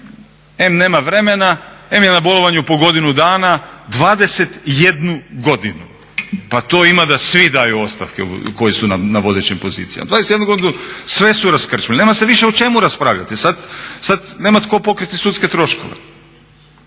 em nema vremena, em je na bolovanju po godinu dana. 21 godinu, pa to ima da svi daju ostavke koji su na vodećim pozicijama. 21 godinu sve su raskrčmili nema se više o čemu raspravljati, sada nema tko pokriti sudske troškove.